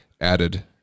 added